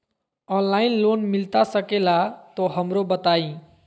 Online loan मिलता सके ला तो हमरो बताई?